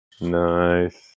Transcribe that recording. nice